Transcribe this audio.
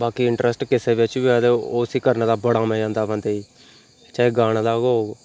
बाकी इंटरेस्ट किसै बिच्च बी ऐ ते उसी करने दा बड़ा मजा आंदा बन्दे गी चाहे गाने दा गै होग